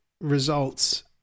results